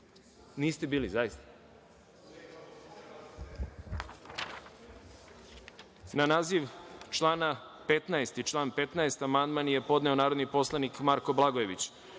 Niste bili, zaista. Na naziv člana 15. i član 15. amandman je podneo narodni poslanik Marko Blagojević. Vlada